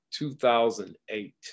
2008